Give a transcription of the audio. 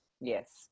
Yes